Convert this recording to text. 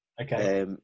Okay